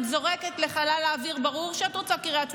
זורקת לחלל האוויר: ברור שאת רוצה קריית שמונה,